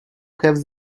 have